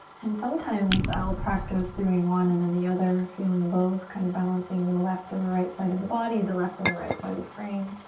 and sometimes i'll practice doing one and then the other, feeling both. counterbalancing the left and the right side of the body, body, the left and the right side of the brain.